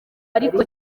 ariko